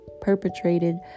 perpetrated